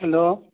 hello